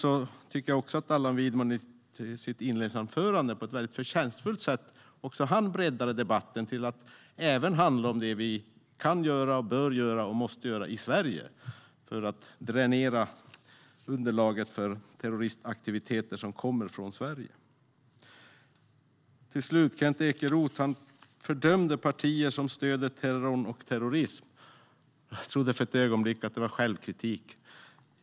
Jag tycker också att Allan Widman i sitt inledningsanförande på ett förtjänstfullt sätt också han breddade debatten till att även handla om det vi kan, bör och måste göra i Sverige för att dränera underlaget för terroristaktiviteter som kommer från Sverige. Till slut: Kent Ekeroth fördömde partier som stöder terrorn och terrorismen. Jag trodde för ett ögonblick att det var självkritik.